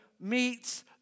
meets